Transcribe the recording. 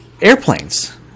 airplanes